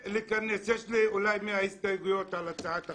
יש לי אולי 100 הסתייגויות על הצעת החוק.